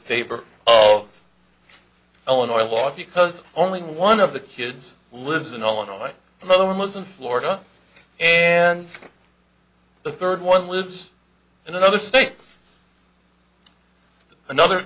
favor of illinois law because only one of the kids lives in illinois and the other one was in florida and the third one lives in another state another